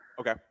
Okay